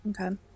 okay